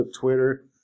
Twitter